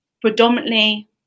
predominantly